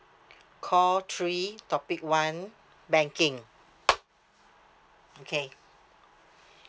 call three topic one banking okay